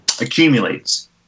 accumulates